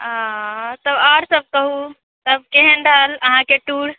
आ तब आओर सभ कहूँ तब केहन रहल अहाँकेँ टूर